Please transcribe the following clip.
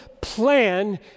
plan